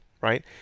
right